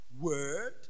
word